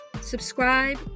Subscribe